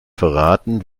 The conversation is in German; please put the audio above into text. verraten